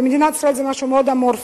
כי מדינת ישראל זה משהו מאוד אמורפי,